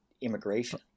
immigration